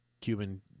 cuban